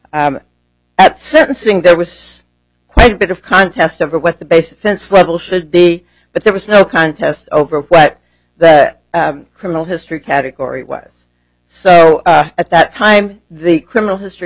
four at sentencing there was quite a bit of contest over what the base offense level should be but there was no contest over what that criminal history category was so at that time the criminal history